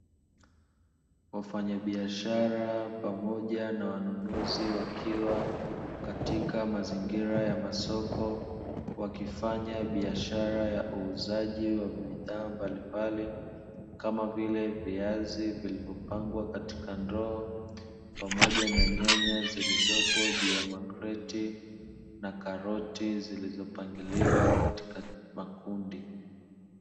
Wafanyabiashara pamoja na wanunuzi wakiwa katika mazingira ya masoko, wakifanya biashara ya uuzaji wa bidhaa mbalimbali, kama vile viazi vilivyo pangwa katika ndoo, pamoja na nyanya zilizopo juu ya makreti, na karoti zilizopangiliwa katika makundi.